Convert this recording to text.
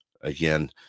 again